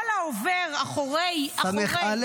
"כל העובר אחורי --- ס"א.